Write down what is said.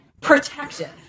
protective